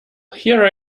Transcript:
here